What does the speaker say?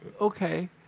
okay